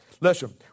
Listen